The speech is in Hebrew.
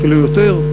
אפילו יותר,